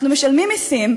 אנחנו משלמים מסים,